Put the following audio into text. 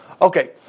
Okay